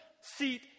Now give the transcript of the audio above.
seat